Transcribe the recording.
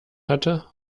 hatte